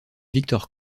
victor